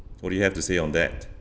what do you have to say on that